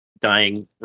dying